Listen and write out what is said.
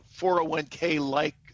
401k-like